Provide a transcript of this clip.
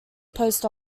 post